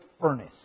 furnace